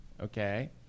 okay